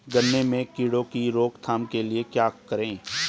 गन्ने में कीड़ों की रोक थाम के लिये क्या करें?